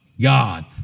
God